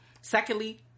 Secondly